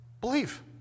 Believe